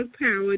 Power